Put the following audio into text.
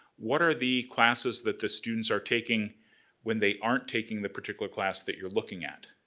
what are the classes that the students are taking when they aren't taking the particular class that you're looking at.